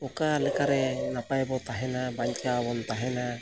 ᱚᱠᱟ ᱞᱮᱠᱟᱨᱮ ᱱᱟᱯᱟᱭ ᱵᱚᱱ ᱛᱟᱦᱮᱱᱟ ᱵᱟᱧᱪᱟᱣ ᱵᱚᱱ ᱛᱟᱦᱮᱱᱟ